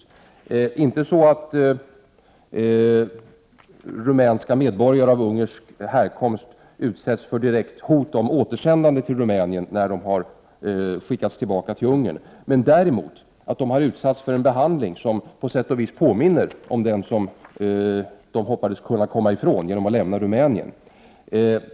Det är inte så att rumänska medborgare av ungersk härkomst utsätts för direkt hot om återsändande till Rumänien när de har skickats tillbaka till Ungern, men däremot har de utsatts för en behandling som på sätt och vis påminner om den som de hoppades kunna komma ifrån genom att lämna Rumänien.